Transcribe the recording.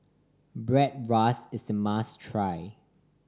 bratwurst is a must try